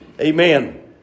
Amen